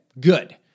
Good